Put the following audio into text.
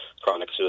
chronic